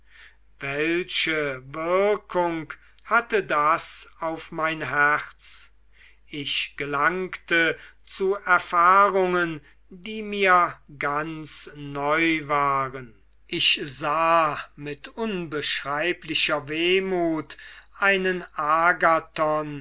welche wirkung hatte das auf mein herz ich gelangte zu erfahrungen die mir ganz neu waren ich sah mit unbeschreiblicher wehmut einen agathon